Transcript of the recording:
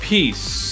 Peace